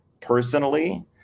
personally